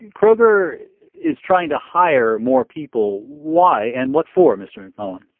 and kroger is trying to hire more people. why and what for, mr. and mcmullen?